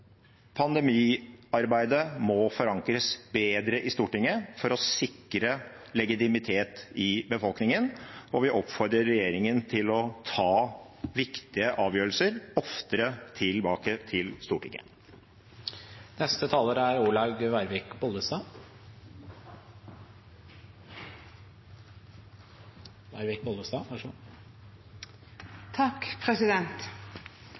Pandemiarbeidet må forankres bedre i Stortinget for å sikre legitimitet i befolkningen, og vi oppfordrer regjeringen til å ta viktige avgjørelser oftere tilbake til Stortinget.